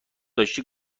داشتی